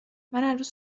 عروس